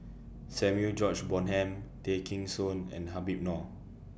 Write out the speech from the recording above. Samuel George Bonham Tay Kheng Soon and Habib Noh